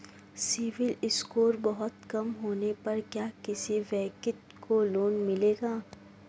CIBIL score बहुत कम होने पर क्या किसी व्यक्ति को लोंन मिलेगा?